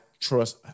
Trust